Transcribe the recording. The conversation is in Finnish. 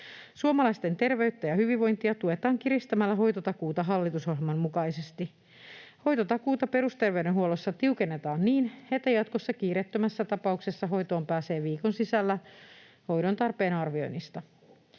Suomalaisten terveyttä ja hyvinvointia tuetaan kiristämällä hoitotakuuta hallitusohjelman mukaisesti. Hoitotakuuta perusterveydenhuollossa tiukennetaan niin, että jatkossa kiireettömässä tapauksessa hoitoon pääsee viikon sisällä hoidon tarpeen arvioinnista.